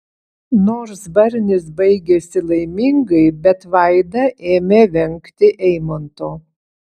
nors barnis baigėsi laimingai bet vaida ėmė vengti eimanto